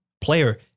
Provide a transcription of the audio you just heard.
player